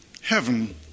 Heaven